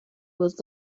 was